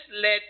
let